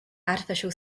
artificial